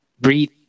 breathe